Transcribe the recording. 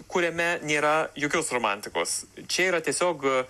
kuriame nėra jokios romantikos čia yra tiesiog